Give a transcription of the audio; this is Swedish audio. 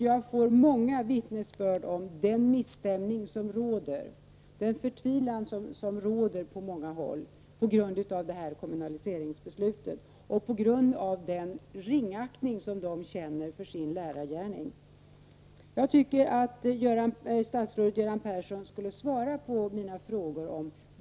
Jag får många vittnesbörd om den förtvivlan som råder på många håll på grund av kommunaliseringsbeslutet och den ringaktning som man möter för sin lärargärning. Jag tycker att statsrådet Göran Persson borde svara på mina frågor.